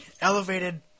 elevated